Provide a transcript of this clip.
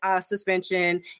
suspension